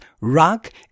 rock